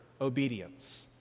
obedience